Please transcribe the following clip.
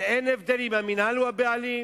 ואין הבדל אם המינהל הבעלים